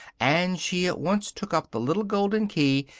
and she at once took up the little golden key,